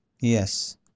Yes